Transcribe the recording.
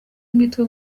imitwe